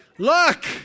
Look